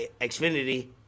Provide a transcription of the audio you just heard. xfinity